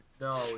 No